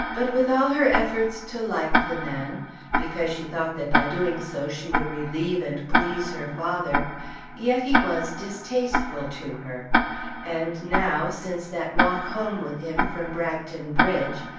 but with all her efforts to like the man because she thought that by doing so she would relieve and please her father yet he was distasteful to her and now, since that walk home with him from bragton bridge,